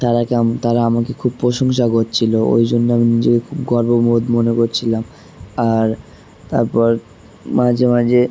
তারাকে তারা আমাকে খুব প্রশংসা করছিলো ওই জন্য আমি নিজেকে খুব গর্ববোধ মনে করছিলাম আর তারপর মাঝে মাঝে